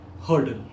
hurdle